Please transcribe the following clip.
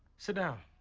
sit down,